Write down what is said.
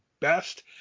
best